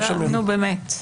נו, באמת.